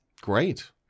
great